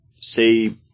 Say